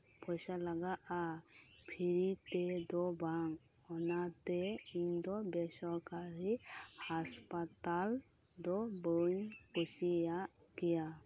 ᱯᱚᱭᱥᱟ ᱞᱟᱜᱟᱜᱼᱟ ᱯᱷᱨᱤ ᱛᱮᱫᱚ ᱵᱟᱝ ᱚᱱᱟᱛᱮ ᱤᱧᱫᱚ ᱵᱮᱥᱚᱨᱠᱟᱨᱤ ᱦᱟᱥᱯᱟᱛᱟᱞ ᱫᱚ ᱵᱟᱹᱧ ᱠᱩᱥᱤᱭᱟᱜ ᱜᱮᱭᱟ